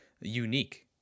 unique